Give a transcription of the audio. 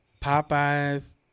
Popeyes